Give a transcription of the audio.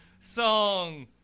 song